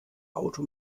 auto